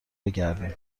بگردیم